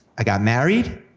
i got married,